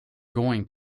going